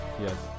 yes